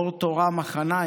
אור תורה מחניים,